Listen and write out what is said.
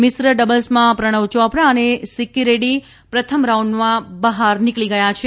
મિશ્ર ડબલ્સમાં પ્રણવ ચોપરા અને સિક્કિ રેડ્ડી પ્રથમ રાઉન્ડમાં બહાર નીકળી ગયા છે